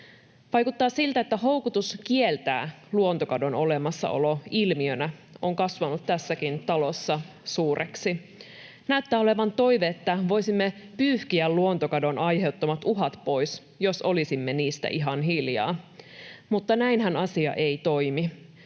Vaikuttaa siltä, että houkutus kieltää luontokadon olemassaolo ilmiönä on kasvanut tässäkin talossa suureksi. [Petri Huru: Kuka sen on kieltänyt? — Keskustan ryhmästä: Ei kukaan!] Näyttää olevan toive, että voisimme pyyhkiä luontokadon aiheuttamat uhat pois, jos olisimme niistä ihan hiljaa, mutta näinhän asia ei toimi.